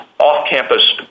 Off-campus